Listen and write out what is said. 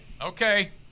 Okay